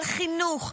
על חינוך,